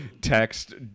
text